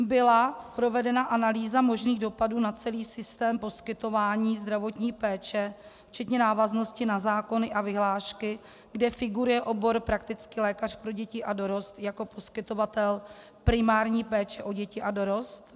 Byla provedena analýza možných dopadů na celý systém poskytování zdravotní péče včetně návaznosti na zákony a vyhlášky, kde figuruje obor praktický lékař pro děti a dorost jako poskytovatel primární péče o děti a dorost?